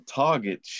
target